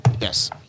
yes